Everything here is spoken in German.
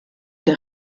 der